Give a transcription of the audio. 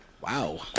Wow